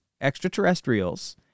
extraterrestrials